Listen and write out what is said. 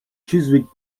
chiswick